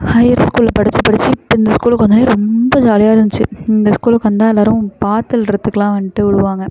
higher ஸ்கூலில் படித்து படித்து இப்போ இந்த ஸ்கூலுக்கு வந்தவொடன்னே ரொம்ப ஜாலியாக இருந்துச்சு இந்த ஸ்கூலுக்கு வந்தால் எல்லோரும் பார்த்து எழுதறதுக்கலாம் வந்துட்டு விடுவாங்க